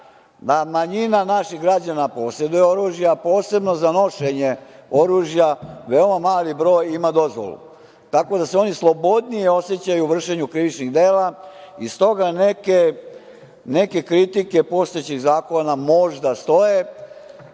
da manjina naših građana poseduje oružja, a posebno za nošenje oružja veoma mali broj ima dozvolu. Tako da se oni slobodnije osećaju u vršenju krivičnih dela i stoga neke kritike postojećih zakona možda stoje.